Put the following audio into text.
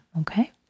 okay